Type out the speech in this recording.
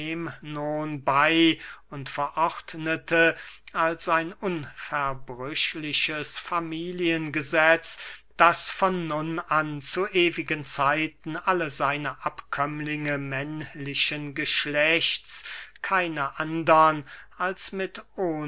bey und verordnete als ein unverbrüchliches familiengesetz daß von nun an zu ewigen zeiten alle seine abkömmlinge männlichen geschlechts keine andern als mit